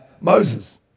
Moses